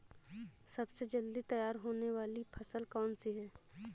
सबसे जल्दी तैयार होने वाली फसल कौन सी है?